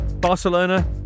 Barcelona